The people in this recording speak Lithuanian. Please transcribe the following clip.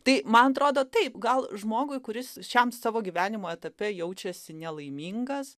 tai man atrodo taip gal žmogui kuris šiam savo gyvenimo etape jaučiasi nelaimingas